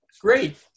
Great